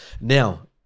Now